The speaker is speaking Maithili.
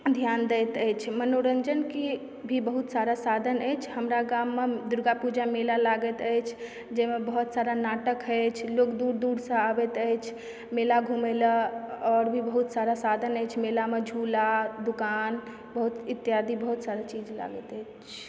ध्यान दैत अछि मनोरञ्जनके भी बहुत सारा साधन अछि हमरा गाममे दुर्गा पूजा मेला लागैत अछि जइमे बहुत सारा नाटक अछि लोक दूर दूरसँ आबैत अछि मेला घूमै लए आओर भी बहुत सारा साधन अछि मेलामे झूला दुकान बहुत इत्यादि बहुत सारा चीज लागैत अछि